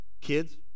Kids